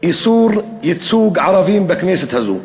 איסור ייצוג ערבים בכנסת הזאת.